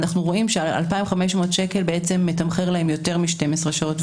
2,500 שקל מתמחר להם יותר מ-12 שעות.